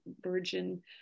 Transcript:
virgin